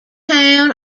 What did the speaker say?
town